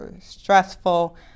stressful